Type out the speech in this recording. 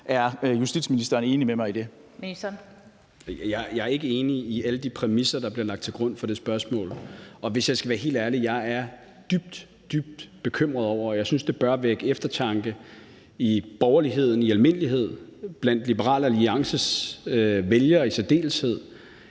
Justitsministeren (Peter Hummelgaard): Jeg er ikke enig i alle de præmisser, der bliver lagt til grund for det spørgsmål. Hvis jeg skal være helt ærlig, er jeg dybt, dybt bekymret over – og jeg synes, det bør vække til eftertanke i borgerligheden i almindelighed og blandt Liberal Alliances vælgere i særdeleshed